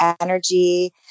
energy